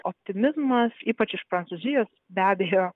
optimizmas ypač iš prancūzijos be abejo